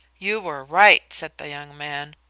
you were right, said the young man.